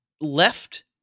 left